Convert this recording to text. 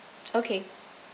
okay